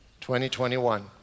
2021